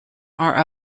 are